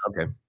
okay